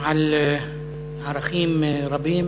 על ערכים רבים